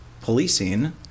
policing